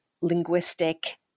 linguistic